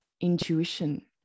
intuition